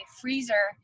freezer